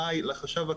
מאי על מנת